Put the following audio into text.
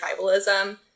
tribalism